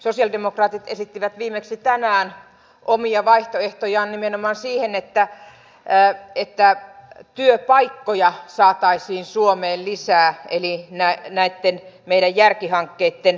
sosialidemokraatit esittivät viimeksi tänään omia vaihtoehtojaan nimenomaan siihen että työpaikkoja saataisiin suomeen lisää eli näitten meidän järkihankkeitten kautta